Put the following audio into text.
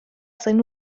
zen